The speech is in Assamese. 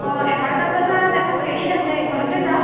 অঁ এঘাৰটা বজাত এখন ফেৰি আছে সেইখনতে যাওঁ